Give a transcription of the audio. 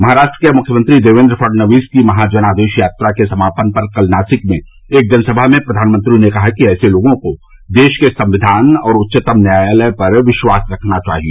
महाराष्ट्र के मुख्यमंत्री देवेंद्र फडनवीस की महाजनादेश यात्रा के समापन पर कल नासिक में एक जनसभा में प्रधानमंत्री ने कहा कि ऐसे लोगों को देश के संविधान और उच्चतम न्यायालय पर विश्वास रखना चाहिए